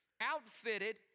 outfitted